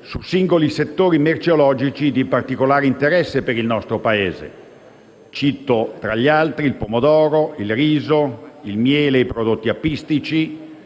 su singoli settori merceologici di particolare interesse per il nostro Paese: cito tra gli altri il pomodoro, il riso, il miele e i prodotti apistici,